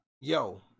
yo